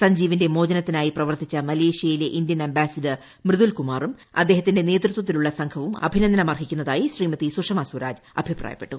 സൻജീവിന്റെ മോചനത്തിനായി പ്രവർത്തിച്ച മലേഷ്യയിലെ ഇന്ത്യൻ അംബാസിഡർ മൃദുൽ കുമാറും അദ്ദേഹത്തിന്റെ നേതൃത്വത്തിലുള്ള സംഘവും അഭിനന്ദനമർഹിക്കുന്നതായി ശ്രീമതി സുഷമ സ്വരാജ് അഭിപ്രായപ്പെട്ടു